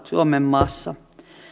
suomenmaassa